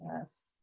Yes